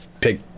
Pick